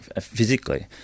physically